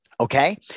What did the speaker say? okay